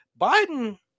Biden